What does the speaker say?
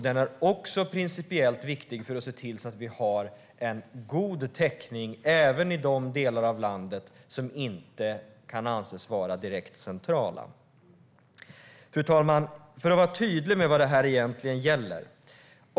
Den är också principiellt viktig för att se till att vi har en god täckning även i de delar av landet som inte direkt kan anses vara centrala. Fru talman! Jag ska vara tydlig med vad det egentligen gäller.